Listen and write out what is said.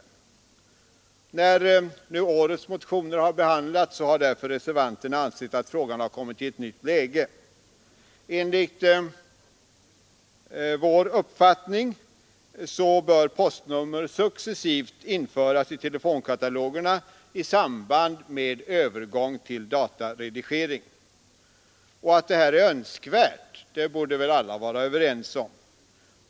Då årets motioner behandlats har därför reservanterna ansett att frågan har kommit i ett nytt läge. Enligt vår uppfattning bör postnummer successivt införas i telefonkatalogerna i samband med övergång till dataredigering. Att det är önskvärt borde väl alla vara överens om.